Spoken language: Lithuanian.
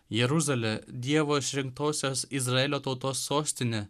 jeruzalė dievo išrinktosios izraelio tautos sostinė